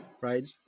right